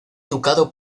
educado